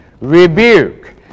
rebuke